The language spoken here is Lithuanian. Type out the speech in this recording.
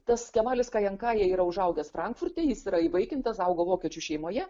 tas kemalis kajenkaja ir užaugęs frankfurte jis yra įvaikintas augo vokiečių šeimoje